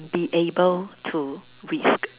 be able to risk